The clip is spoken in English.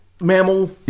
mammal